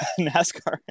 nascar